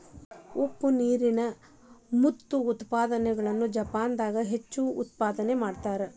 ಉಪ್ಪ ನೇರಿನ ಮುತ್ತು ಉತ್ಪಾದನೆನ ಜಪಾನದಾಗ ಹೆಚ್ಚ ಮಾಡತಾರ